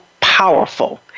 powerful